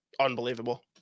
unbelievable